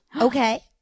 Okay